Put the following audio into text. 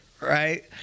right